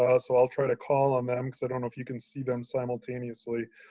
ah so i'll try to call on them, because i don't know if you can see them simultaneously.